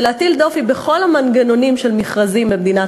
זה להטיל דופי בכל המנגנונים של מכרזים במדינת